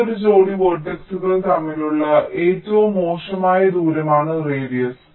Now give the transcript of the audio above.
ഏതൊരു ജോഡി വേർട്ടക്സുകൾ തമ്മിലുള്ള ഏറ്റവും മോശമായ ദൂരമാണ് റേഡിയസ്